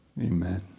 amen